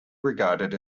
regarded